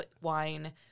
wine